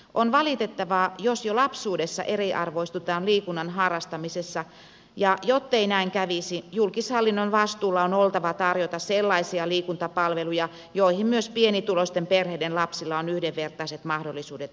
on valitettavaa jos jo lapsuudessa eriarvoistutaan liikunnan harrastamisessa ja jottei näin kävisi julkishallinnon vastuulla on oltava tarjota sellaisia liikuntapalveluja joihin myös pienituloisten perheiden lapsilla on yhdenvertaiset mahdollisuudet osallistua